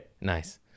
Nice